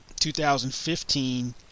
2015